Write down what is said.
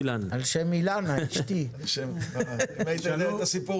השר לפיתוח